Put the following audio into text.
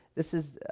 this is,